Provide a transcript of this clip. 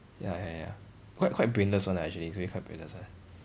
ya ya ya quite quite brainless [one] ah actually it's really quite brainless [one]